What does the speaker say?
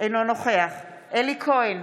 אינו נוכח אלי כהן,